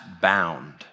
bound